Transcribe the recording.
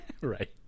right